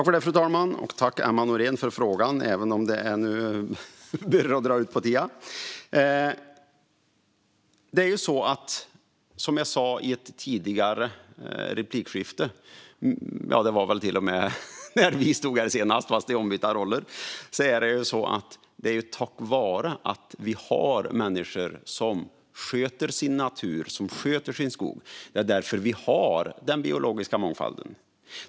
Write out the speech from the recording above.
Fru talman! Tack, Emma Nohrén, för frågan, även om det nu börjar dra ut på tiden! Som jag sa i ett tidigare replikskifte - det var väl till och med när vi stod här senast, fast i ombytta roller - är det tack vare att vi har människor som sköter sin natur, sin skog, som vi har den biologiska mångfalden.